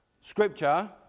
scripture